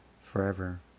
forever